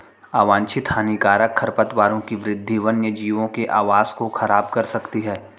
अवांछित हानिकारक खरपतवारों की वृद्धि वन्यजीवों के आवास को ख़राब कर सकती है